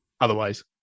otherwise